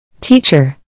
Teacher